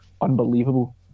unbelievable